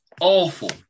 awful